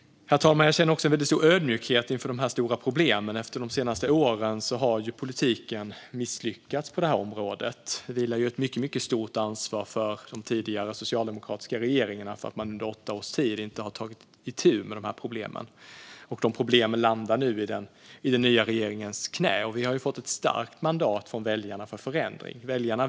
Jag känner en väldigt stor ödmjukhet inför dessa problem. De senaste åren har politiken misslyckats på detta område. Det vilar ett mycket stort ansvar på den tidigare socialdemokratiska regeringen för att man under åtta års tid inte har tagit itu med problemen. De landar nu i den nya regeringens knä. Vi har fått ett starkt mandat för förändring av väljarna.